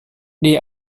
they